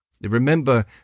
Remember